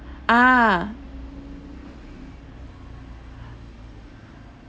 ah